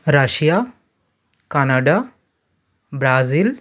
Russia Canada Brazil